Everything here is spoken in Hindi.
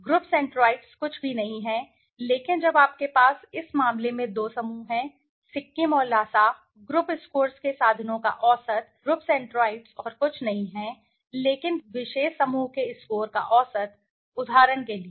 ग्रुप सेंट्रोइड्स कुछ भी नहीं है लेकिन जब आपके पास इस मामले में दो समूह हैं सिक्किम और ल्हासा ग्रुप स्कोर्स के साधनों का औसत ग्रुप सेंट्रोइड्स और कुछ नहीं है लेकिन विशेष समूह के स्कोर का औसत उदाहरण के लिए